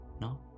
no